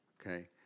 Okay